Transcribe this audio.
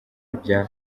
bya